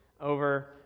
over